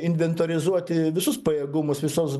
inventorizuoti visus pajėgumus visos